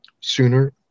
sooner